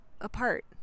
apart